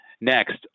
Next